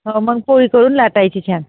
हो मग पोळी करून लाटायची छान